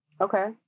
Okay